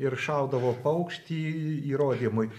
ir šaudavo paukštį įrodymui